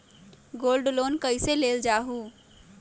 Gold loan कईसे लेल जाहु?